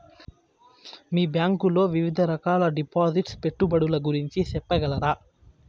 మీ bank లో వివిధ రకాల డిపాసిట్స్, పెట్టుబడుల గురించి సెప్పగలరా?